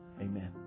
Amen